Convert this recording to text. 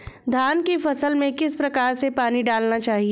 धान की फसल में किस प्रकार से पानी डालना चाहिए?